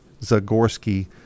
Zagorski